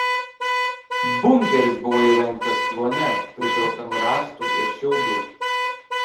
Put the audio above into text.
bunkeris buvo įrengtas kluone prikrautam rąstų ir šiaudų